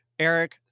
Eric